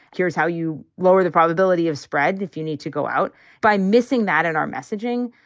here's how you lower the probability of spread. if you need to go out by missing that and our messaging,